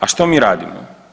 A što mi radimo?